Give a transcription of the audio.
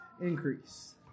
increase